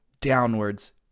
downwards